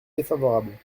défavorable